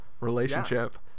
relationship